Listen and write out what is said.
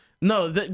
No